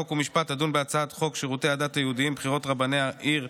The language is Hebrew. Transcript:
חוק ומשפט תדון בהצעת חוק שירותי הדת היהודיים (בחירות רבני העיר,